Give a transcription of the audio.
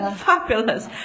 Fabulous